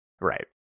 Right